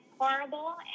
horrible